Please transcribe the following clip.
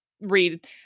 read